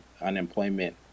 unemployment